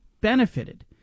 benefited